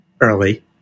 early